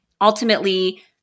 ultimately